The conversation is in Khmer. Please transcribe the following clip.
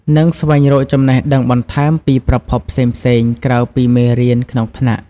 និងស្វែងរកចំណេះដឹងបន្ថែមពីប្រភពផ្សេងៗក្រៅពីមេរៀនក្នុងថ្នាក់។